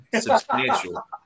Substantial